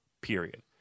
period